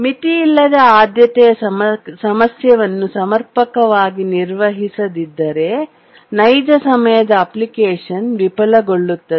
ಮಿತಿಯಿಲ್ಲದ ಆದ್ಯತೆಯ ಸಮಸ್ಯೆಯನ್ನು ಸಮರ್ಪಕವಾಗಿ ನಿರ್ವಹಿಸದಿದ್ದರೆ ನೈಜ ಸಮಯದ ಅಪ್ಲಿಕೇಶನ್ ವಿಫಲಗೊಳ್ಳುತ್ತದೆ